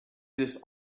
this